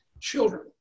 children